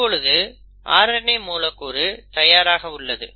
இப்பொழுது mRNA மூலக்கூறு தயாராக உள்ளது